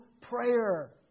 prayer